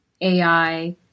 AI